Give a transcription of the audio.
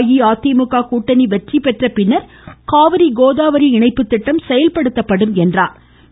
அஇஅதிமுக கூட்டணி வெற்றிபெற்ற பின்னர் காவிரி கோதாவரி இணைப்பு திட்டம் செயல்படுத்தப்படும் என்றார்